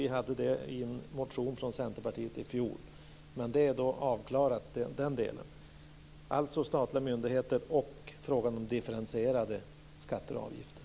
Vi hade med det i fjol i en motion från Centerpartiet men den delen är alltså nu avklarad. Det gäller således de statliga myndigheterna och frågan om differentierade skatter och avgifter.